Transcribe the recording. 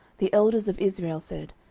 the elders of israel said,